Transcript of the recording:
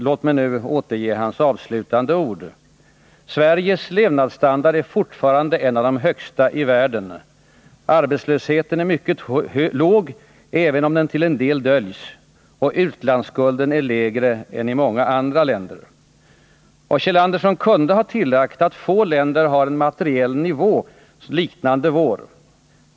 Låt mig nu återge hans avslutande ord: ”Sveriges levnadsstandard är fortfarande en av de högsta i världen, arbetslösheten är mycket låg, även om den till en del döljs och utlandsskulden är lägre än i många andra länder.” Kjeld Andersen kunde ha tillagt, att få länder har en materiell nivå liknande vår.